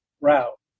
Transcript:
route